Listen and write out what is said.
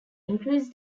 increase